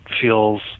feels